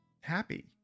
happy